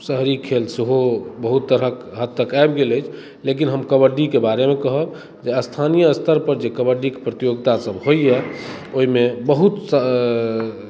शहरी खेल सेहो बहुत तरहक आबि गेल अछि लेकिन हम कबड्डी के बारे मे कहब जे स्थानीय स्तर पर जे कबड्डी के प्रतियोगिता सब होइया ओहिमे बहुत